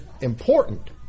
important